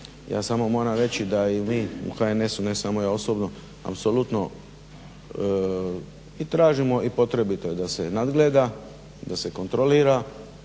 ja samo moram reći da i mi u HNS-u ne samo ja osobno apsolutno i tražimo i potrebito je da se nadgleda, da se kontrolira